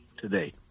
today